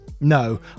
No